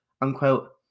Unquote